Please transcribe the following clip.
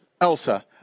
Elsa